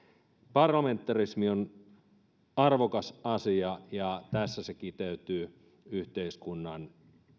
parlamentarismi on arvokas asia ja tässä se kiteytyy yhteiskunnan